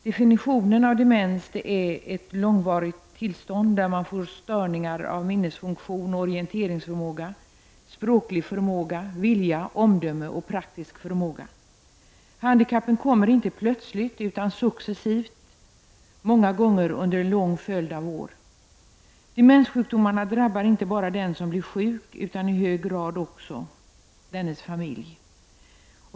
Demens definieras som ett långvarigt tillstånd där människor får störningar av minnesfunktion och orienteringsförmåga, språklig förmåga, vilja, omdöme och praktisk förmåga. Handikappen kommer inte plötsligt utan successivt, många gånger under en lång följd av år. Demenssjukdomarna drabbar inte bara den som blir sjuk utan i hög grad även dennes familj.